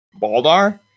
Baldar